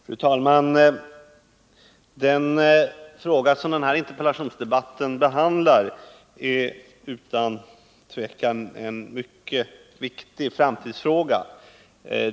Fru talman! Den fråga som denna interpellationsdebatt behandlar är utan tvivel en mycket viktig framtidsfråga.